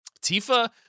Tifa